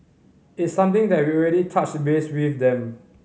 it's something that we've already touched base with them